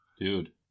dude